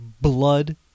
Blood